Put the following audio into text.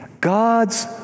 God's